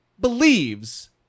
believes